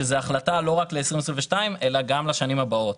שזו החלטה לא רק לשנת 2022 אלא גם לשנים הבאות.